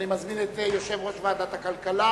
אני מזמין את יושב-ראש ועדת הכלכלה